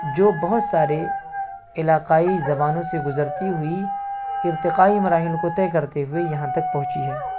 جو بہت سارے علاقائی زبانوں سے گزرتی ہوئی ارتقائی مراحل کو طے کرتے ہوئے یہاں تک پہنچی ہے